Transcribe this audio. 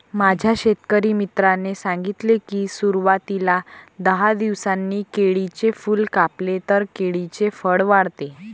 माझ्या शेतकरी मित्राने सांगितले की, सुरवातीला दहा दिवसांनी केळीचे फूल कापले तर केळीचे फळ वाढते